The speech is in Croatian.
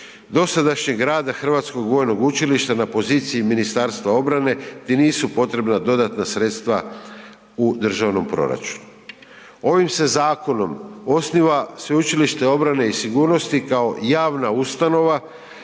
dosadašnjeg rada Hrvatskog vojnog učilišta na poziciji MORH-a te nisu potrebna dodatna sredstva u državnom proračunu. Ovim se zakonom osniva Sveučilište obrane i sigurnosti kao javna ustanova